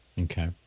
Okay